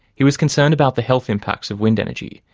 he was concerned about the health impacts of wind energy,